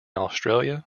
australia